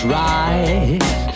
right